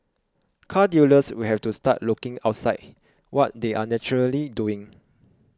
car dealers will have to start looking outside what they are naturally doing